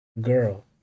girl